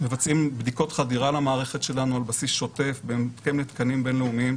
מבצעים בדיקות חדירה למערכת שלנו על בסיס שוטף בהתאם לתקנים בינלאומיים,